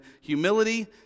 humility